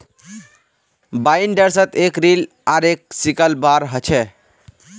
बाइंडर्सत एक रील आर एक सिकल बार ह छे